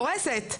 קורסת.